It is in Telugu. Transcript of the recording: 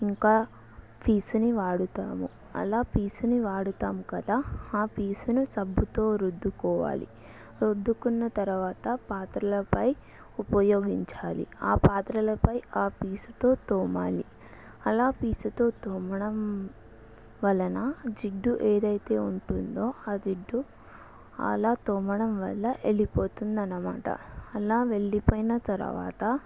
ఇంకా పీస్ని వాడుతాము అలా పీచుని వాడుతాము కదా ఆ పీచును సబ్బుతో రుద్దుకోవాలి రుద్దుకున్న తర్వాత పాత్రలపై ఉపయోగించాలి ఆ పాత్రలపై ఆ పీచుతో తోమాలి అలా పీచుతో తోమడం వలన జిడ్డు ఏదైతే ఉంటుందో ఆ జిడ్డు అలా తోమడం వల్ల వెళ్ళిపోతుందన్నమాట అలా వెళ్ళిపోయిన తరవాత